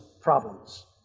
problems